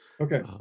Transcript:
Okay